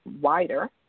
wider